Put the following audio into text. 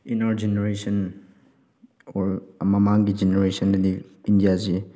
inner generation or ꯃꯃꯥꯡꯒꯤ ꯖꯦꯅꯔꯦꯁꯟꯗꯗꯤ ꯏꯟꯗꯤꯌꯥꯁꯤ